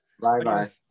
bye-bye